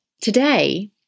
today